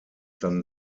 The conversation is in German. dann